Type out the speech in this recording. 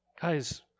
Guys